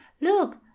look